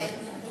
גברתי